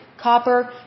copper